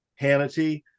Hannity